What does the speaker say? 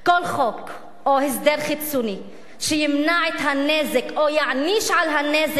כל חוק או הסדר חיצוני שימנע את הנזק או יעניש על הנזק